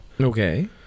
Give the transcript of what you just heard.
okay